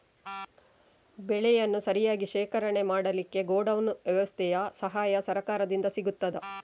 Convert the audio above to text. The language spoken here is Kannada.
ಬೆಳೆಯನ್ನು ಸರಿಯಾಗಿ ಶೇಖರಣೆ ಮಾಡಲಿಕ್ಕೆ ಗೋಡೌನ್ ವ್ಯವಸ್ಥೆಯ ಸಹಾಯ ಸರಕಾರದಿಂದ ಸಿಗುತ್ತದಾ?